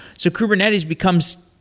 so kubernetes becomes